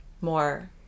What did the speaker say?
more